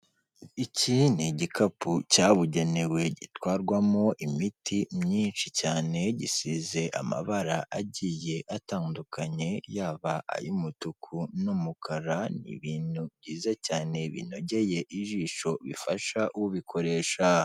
Iki ni igikapu cyabugenewe gitwarwamo imiti myinshi cyane gisize amabara agiye atandukanye, yaba ay'umutuku n'umukara, ni ibintu byiza cyane binogeye ijisho bifasha ubikoresha.